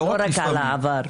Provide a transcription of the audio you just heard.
לא רק על העבר.